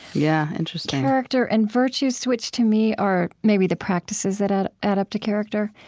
yeah, interesting, character and virtues, which, to me, are maybe the practices that add add up to character.